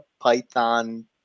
Python